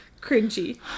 cringy